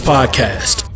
Podcast